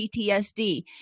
PTSD